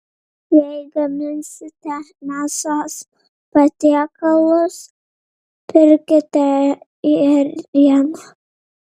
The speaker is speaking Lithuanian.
jei gaminsite mėsos patiekalus pirkite ėrieną